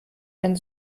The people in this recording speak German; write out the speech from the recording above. ein